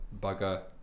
bugger